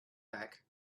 back